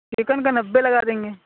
chicken کا نبّے لگا دیں گے